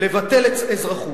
לבטל אזרחות.